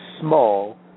small